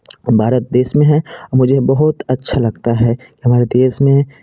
भारत देश में है मुझे बहुत अच्छा लगता है हमारे देश में